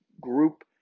group